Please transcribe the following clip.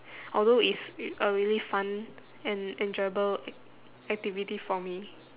although it's a really fun and enjoyable ac~ activity for me